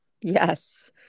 Yes